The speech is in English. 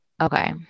okay